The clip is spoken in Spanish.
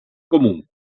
común